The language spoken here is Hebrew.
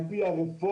על פי הרפורמה,